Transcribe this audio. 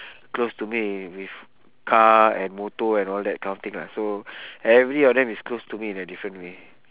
close to me with car and motor and all that kind of thing lah so every of them is close to me in a different way